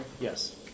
Yes